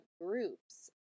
groups